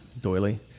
doily